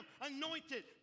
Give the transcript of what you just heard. Anointed